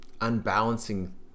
unbalancing